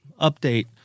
Update